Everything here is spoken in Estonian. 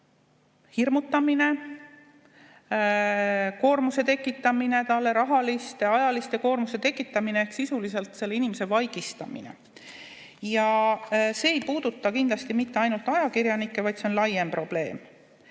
hirmutamine, talle koormuse tekitamine, rahalise ja ajalise koormuse tekitamine ehk sisuliselt selle inimese vaigistamine. See ei puuduta kindlasti mitte ainult ajakirjanikke, vaid see on laiem probleem.